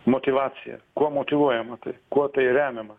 motyvacija kuo motyvuojama tai kuo tai remiama